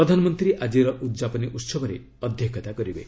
ପ୍ରଧାନମନ୍ତ୍ରୀ ଆଜିର ଉଦ୍ଯାପନୀ ଉତ୍ସବରେ ଅଧ୍ୟକ୍ଷତା କରିବେ